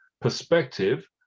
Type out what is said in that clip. perspective